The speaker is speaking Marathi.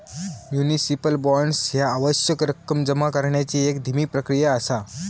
म्युनिसिपल बॉण्ड्स ह्या आवश्यक रक्कम जमा करण्याची एक धीमी प्रक्रिया असा